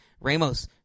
Ramos